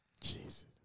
Jesus